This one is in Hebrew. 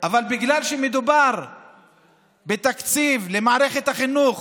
אבל בגלל שמדובר בתקציב למערכת החינוך